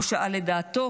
לא שאל לדעתו,